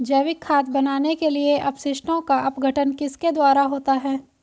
जैविक खाद बनाने के लिए अपशिष्टों का अपघटन किसके द्वारा होता है?